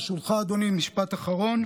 ברשותך, אדוני, משפט אחרון.